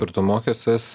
turto mokestis